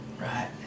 Right